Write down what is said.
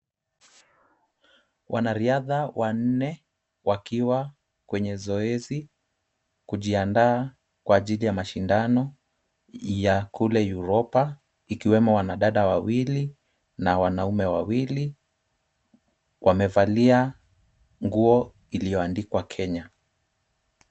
Wanariadha wanne wakiwa kwenye zoezi kujiandaa kwa ajili ya mashindano ya kule Yuropa, ikiwemo wanadada wawili na wanaume wawili. Wamevalia nguo iliyoandikwa Kenya.